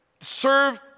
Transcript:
Serve